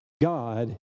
God